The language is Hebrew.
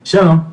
שלום.